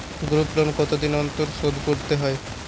Group loan কতদিন অন্তর শোধকরতে হয়?